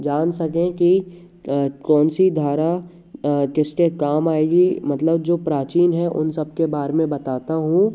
जान सकें कि कौन सी धारा किसके काम आएगी मतलब जो प्राचीन है उन सबके बारे में बताता हूँ